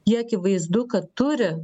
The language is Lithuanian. ji akivaizdu kad turi